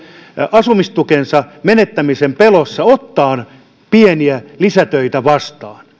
asumistukensa menettämisen pelotta ottaa pieniä lisätöitä vastaan